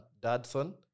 Dadson